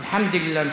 אלחמדוללה,